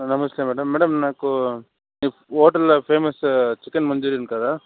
నమస్తే madam madam నాకు మీ హోటల్లో ఫేమస్ చికెన్ మంచూరియన్ కదా